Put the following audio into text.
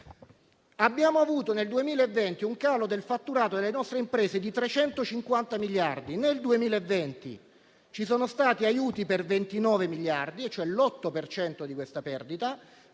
Abbiamo avuto nel 2020 un calo del fatturato delle nostre imprese di 350 miliardi. Nel 2020 ci sono stati aiuti per 29 miliardi, cioè l'8 per cento di questa perdita;